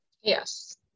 Yes